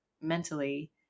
mentally